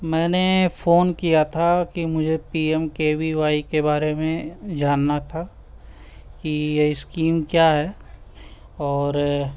میں نے فون کیا تھا کہ مجھے P M K V Y کے بارے میں جاننا تھا کہ یہ اسکیم کیا ہے اور